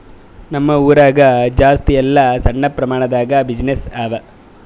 ನಮ್ ಊರಾಗ ಜಾಸ್ತಿ ಎಲ್ಲಾ ಸಣ್ಣ ಪ್ರಮಾಣ ದಾಗೆ ಬಿಸಿನ್ನೆಸ್ಸೇ ಅವಾ